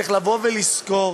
צריך לזכור